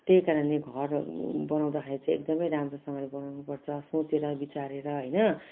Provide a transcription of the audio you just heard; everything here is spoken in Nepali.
त्यही कारणले घर बनाउँदाखेरि चाहिँ एकदमै राम्रोसँगले बनाउनुपर्छ सोचेर विचारेर हैन